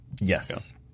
Yes